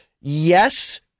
yes